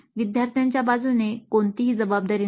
विद्यार्थ्यांच्या बाजूने कोणतीही जबाबदारी नसते